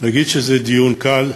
להגיד שזה דיון קל,